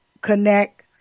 connect